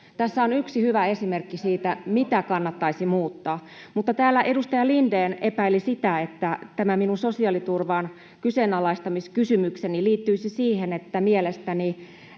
Tässä on yksi hyvä esimerkki siitä, mitä kannattaisi muuttaa. Täällä edustaja Lindén epäili sitä, että minun sosiaaliturvan kyseenalaistamiskysymykseni liittyisi siihen, että mielestäni